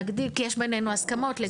להגדיל, כי יש בינינו הסכמות.